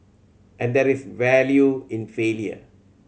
and there is value in failure